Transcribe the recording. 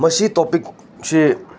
ꯃꯁꯤ ꯇꯣꯄꯤꯛꯁꯤ